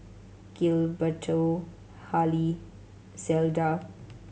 Gilberto Hali Zelda